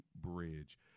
bridge